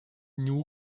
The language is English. new